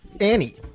Annie